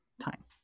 time